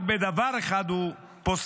רק על דבר אחד הוא פוסח,